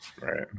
Right